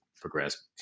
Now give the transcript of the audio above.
progress